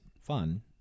fun